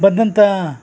ಬಂದಂಥ